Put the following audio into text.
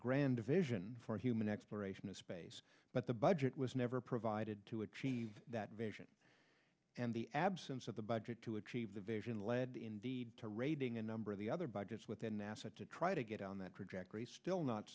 grand vision for human exploration of space but the budget was never provided to achieve that vision and the absence of the budget to achieve the vision led indeed to raiding a number of the other budgets within nasa to try to get on that trajectory still not